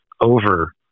over